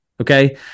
okay